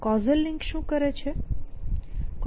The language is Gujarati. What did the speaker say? કૉઝલ લિંક શું કરે છે